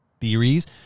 theories